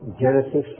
Genesis